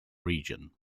region